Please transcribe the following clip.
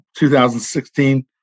2016